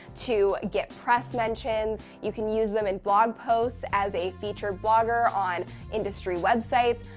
to get press mentions. you can use them in blog posts as a featured blogger on industry websites.